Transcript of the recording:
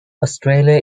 australia